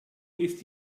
ist